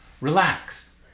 relax